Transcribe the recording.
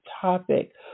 topic